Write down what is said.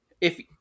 if-